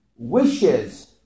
Wishes